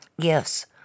Yes